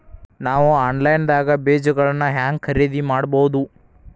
ನಾವು ಆನ್ಲೈನ್ ದಾಗ ಬೇಜಗೊಳ್ನ ಹ್ಯಾಂಗ್ ಖರೇದಿ ಮಾಡಬಹುದು?